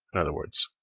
in other words,